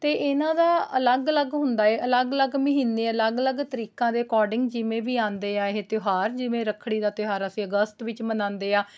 ਅਤੇ ਇਹਨਾਂ ਦਾ ਅਲੱਗ ਅਲੱਗ ਹੁੰਦਾ ਏ ਅਲੱਗ ਅਲੱਗ ਮਹੀਨੇ ਅਲੱਗ ਅਲੱਗ ਤਰੀਕਾਂ ਦੇ ਅਕੋਰਡਿੰਗ ਜਿਵੇਂ ਵੀ ਆਉਂਦੇ ਆ ਇਹ ਤਿਉਹਾਰ ਜਿਵੇਂ ਰੱਖੜੀ ਦਾ ਤਿਉਹਾਰ ਅਸੀਂ ਅਗਸਤ ਵਿੱਚ ਮਨਾਉਂਦੇ ਆ